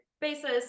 basis